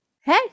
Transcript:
hey